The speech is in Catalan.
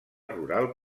rural